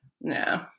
no